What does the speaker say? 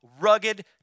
rugged